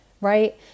right